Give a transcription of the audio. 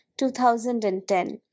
2010